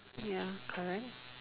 ya correct